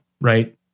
right